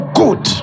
good